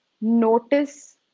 Notice